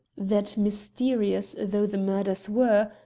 that mysterious though the murders were,